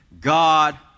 God